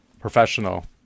professional